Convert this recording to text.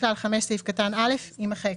בכלל 5 ,סעיף קטן (א) - יימחק.